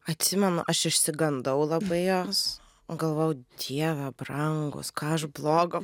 atsimenu aš išsigandau labai jos galvojau dieve brangus ką aš blogo